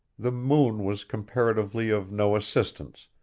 the moon was comparatively of no assistance,